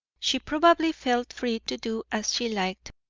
she probably felt free to do as she liked,